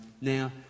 Now